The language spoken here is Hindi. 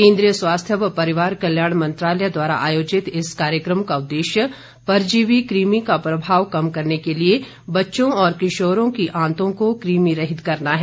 केन्द्रीय स्वास्थ्य व परिवार कल्याण मंत्रालय द्वारा आयोजित इस कार्यक्रम का उद्देश्य परजीवी कृमि का प्रभाव कम करने के लिए बच्चों और किशोरों की आंतों को क्रमिरहित करना है